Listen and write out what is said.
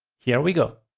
here we go.